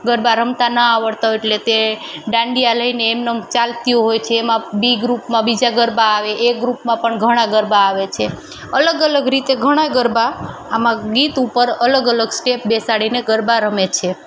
ગરબા રમતા ના આવડતા હોય એટલે તે ડાંડિયા લઈને એમનેમ ચાલતી હોય છે એમાં બી ગ્રૂપમાં બીજા ગરબા આવે એ ગ્રૂપમાં પણ ઘણા ગરબા આવે છે અલગ અલગ રીતે ઘણાય ગરબા આમાં ગીત ઉપર અલગ અલગ સ્ટેપ બેસાડીને ગરબા રમે છે